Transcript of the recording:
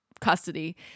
custody